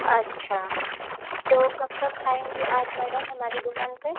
अच्छा तो कब तक आएँगी आप मैडम हमारी दुकान पर